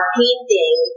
painting